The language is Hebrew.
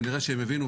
כנראה שהם הבינו,